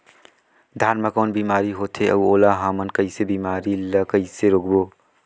धान मा कौन बीमारी होथे अउ ओला हमन कइसे बीमारी ला कइसे रोकबो?